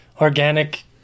organic